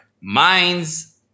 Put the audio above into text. minds